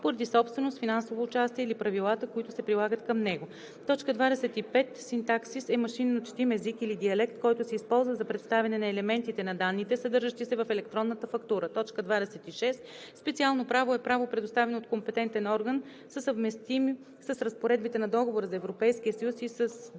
поради собственост, финансово участие или правилата, които се прилагат към него. 25. „Синтаксис“ е машинно четим език или диалект, който се използва за представяне на елементите на данните, съдържащи се в електронната фактура. 26. „Специално право“ е право, предоставено от компетентен орган със съвместим с разпоредбите на Договора за Европейския съюз и с Договора